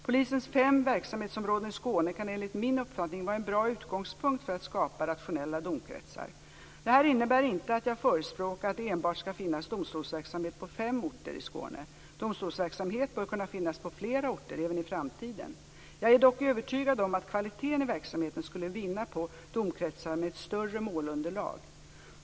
Polisens fem verksamhetsområden i Skåne kan enligt min uppfattning vara en bra utgångspunkt för att skapa rationella domkretsar. Detta innebär inte att jag förespråkar att det enbart skall finnas domstolsverksamhet på fem orter i Skåne. Domstolsverksamhet bör kunna finnas på flera orter även i framtiden. Jag är dock övertygad om att kvaliteten i verksamheten skulle vinna på domkretsar med ett större målunderlag.